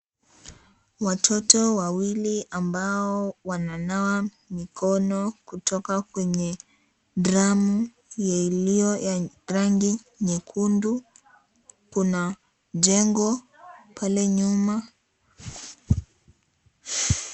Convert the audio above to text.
Watoto wawili ambao wananawa mikono kutoka kwenye dramu iliyo rangi nyekundu kuna jengo pale nyuma.